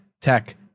tech